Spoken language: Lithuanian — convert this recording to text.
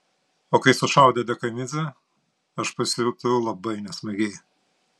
o kai sušaudė dekanidzę aš pasijutau labai nesmagiai